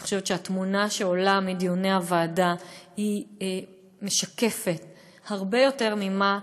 אני חושבת שהתמונה שעולה מדיוני הוועדה משקפת הרבה יותר ממה